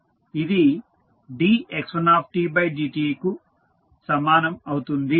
ఇది dx1dtకు సమానం అవుతుంది